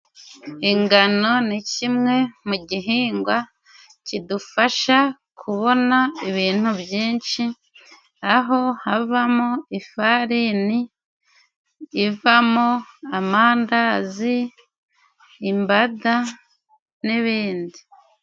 Ingano ni kimwe mu gihingwa kidufasha kubona ibintu byinshi, aho havamo:ifarini ivamo amandazi, imbada n'ibindi.